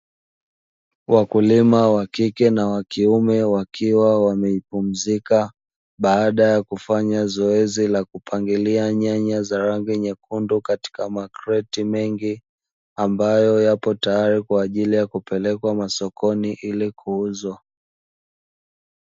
Wakulima wakike na wakiume wakiwa wamepumzika baada ya kufanya zoezi la kupangilia nyanya za rangi nyeukundu katika makreti mengi, ambayo yapo tayari kwa ajili ya kupelekwa masokoni ili kuuzwa.